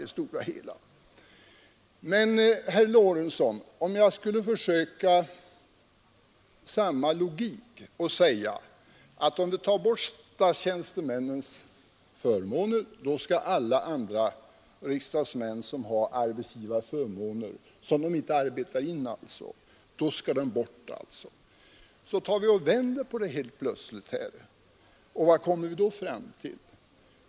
Om vi tar bort statstjänstemännens förmåner så skall vi också, enligt herr Lorentzons logik, ta bort de arbetsfria arbetsgivarförmånerna för alla andra riksdagsmän. Om vi vänder på det resonemanget, vad kommer vi då fram till?